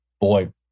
Boy